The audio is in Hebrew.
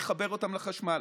צריך לחבר אותם לחשמל.